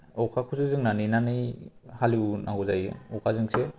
अखाखौसो जोंना नेनानै हालेवनांगौ जायो अखाजोंसो